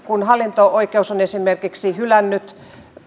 kun hallinto oikeus on esimerkiksi